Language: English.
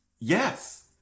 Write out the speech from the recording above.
Yes